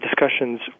discussions